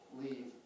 leave